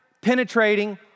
penetrating